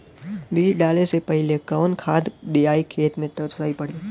बीज डाले से पहिले कवन खाद्य दियायी खेत में त सही पड़ी?